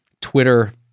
Twitter